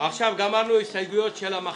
אין הצעה לתיקון החקיקה (5) של קבוצת